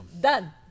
done